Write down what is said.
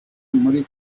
muri